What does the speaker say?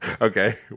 Okay